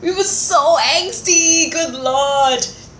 we were so angsty good lord